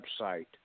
website